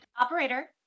Operator